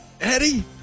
Eddie